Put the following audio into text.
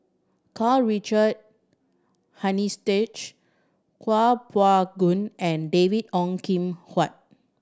Karl Richard Hanitsch Kuo Pao Kun and David Ong Kim Huat